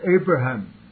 Abraham